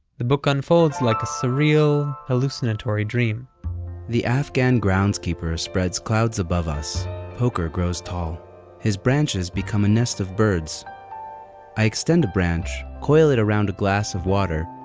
the book unfolds like a surreal, hallucinatory dream the afghan groundskeeper spreads clouds above us poker grows tall his branches become a nest of birds i extend a branch, coil it around a glass of water,